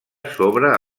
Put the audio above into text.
sobre